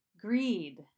greed